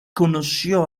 conoció